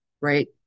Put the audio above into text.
right